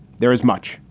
there is much,